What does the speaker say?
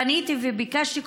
פניתי וביקשתי,